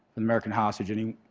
american hostage, and and